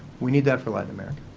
we need that for latin america.